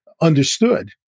understood